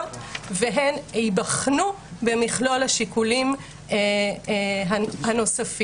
והן ייבחנו במכלול השיקולים הנוספים.